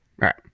right